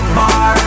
bar